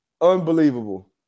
unbelievable